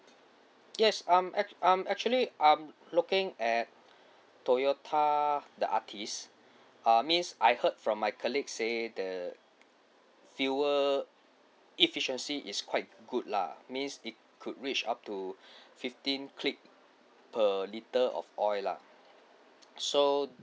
yes um ac~ um actually I'm looking at toyota the altis err means I heard from my colleague say the fuel efficiency is quite good lah means it could reach up to fifteen click per litre of oil lah so